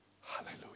Hallelujah